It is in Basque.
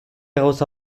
gauza